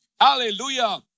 Hallelujah